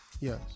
Yes